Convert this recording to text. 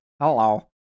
hello